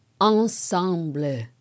ensemble